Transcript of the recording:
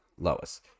Lois